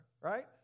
Right